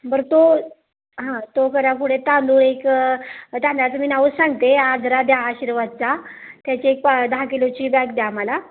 बरं तो हां तो करा पुढे तांदूळ एक तांदळाचं मी नावच सांगते आजरा द्या आशिर्वादचा त्याची एक पा दहा किलोची बॅग द्या आम्हाला